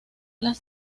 las